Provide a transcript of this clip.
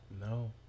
No